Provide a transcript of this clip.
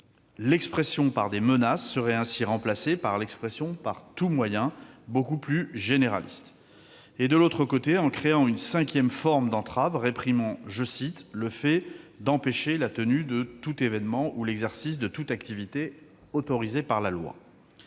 l'expression « par des menaces » serait ainsi remplacée par l'expression « par tous moyens », beaucoup plus générale -; de l'autre, par la création d'une cinquième forme d'entrave, réprimant « le fait d'empêcher la tenue de tout évènement ou l'exercice de toute activité autorisée par la loi ».